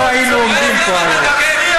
לא היינו יושבים פה היום.